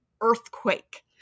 earthquake